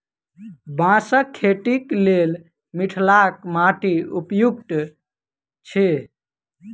बाँसक खेतीक लेल मिथिलाक माटि उपयुक्त अछि